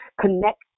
connect